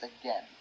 again